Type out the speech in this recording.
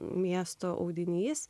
miesto audinys